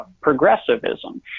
progressivism